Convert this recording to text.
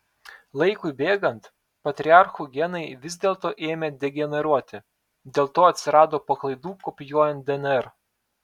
laikui bėgant patriarchų genai vis dėlto ėmė degeneruoti dėl to atsirado paklaidų kopijuojant dnr